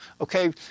Okay